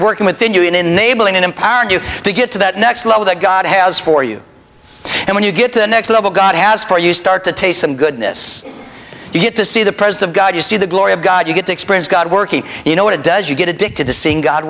working within you in enabling and empowering you to get to that next level that god has for you and when you get to the next level god has for you start to taste some goodness you get to see the presence of god you see the glory of god you get to experience god working you know what it does you get addicted to seeing god